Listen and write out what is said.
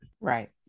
Right